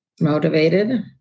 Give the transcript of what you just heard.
Motivated